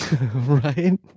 right